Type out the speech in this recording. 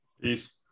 Peace